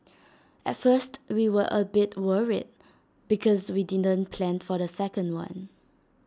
at first we were A bit worried because we didn't plan for the second one